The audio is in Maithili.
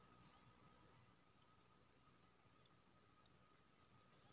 बेपार घरेलू आ अंतरराष्ट्रीय दुनु सँ संबंधित होइ छै